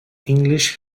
english